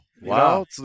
Wow